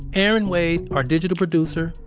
erin wade, our digital producer.